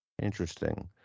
Interesting